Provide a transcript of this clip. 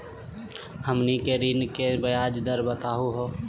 हमनी के ऋण के ब्याज दर बताहु हो?